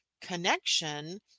connection